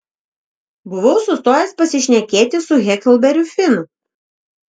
buvau sustojęs pasišnekėti su heklberiu finu